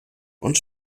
und